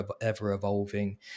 ever-evolving